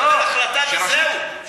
תתקבל החלטה וזהו.